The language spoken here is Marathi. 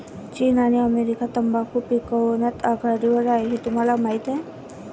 चीन आणि अमेरिका तंबाखू पिकवण्यात आघाडीवर आहेत हे तुम्हाला माहीत आहे